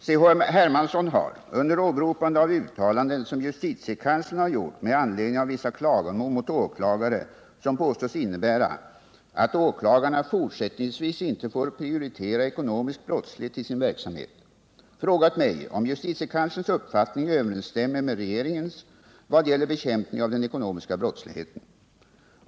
Herr talman! C.-H. Hermansson har — under åberopande av uttalanden som justitiekanslern har gjort med anledning av vissa klagomål mot åklagare, uttalanden som påstås innebära ”att åklagarna fortsättningsvis inte får prioritera ekonomisk brottslighet i sin verksamhet” — frågat mig om justitiekanslerns uppfattning överensstämmer med regeringens vad gäller bekämpning av den ekonomiska brottsligheten.